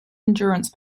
endurance